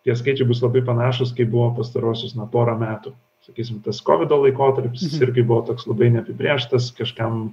tie skaičiai bus labai panašūs kaip buvo pastaruosius na porą metų sakysim tas kovido laikotarpis jis irgi buvo toks labai neapibrėžtas kažkam